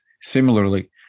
Similarly